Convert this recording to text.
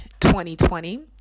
2020